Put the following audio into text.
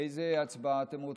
איזו הצבעה אתם רוצים?